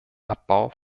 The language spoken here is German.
abbau